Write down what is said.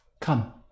come